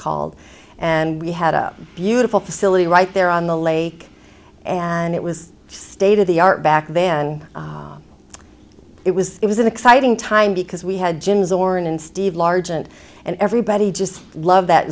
called and we had a beautiful facility right there on the lake and it was state of the art back then it was it was an exciting time because we had jim zorn and steve largent and everybody just love that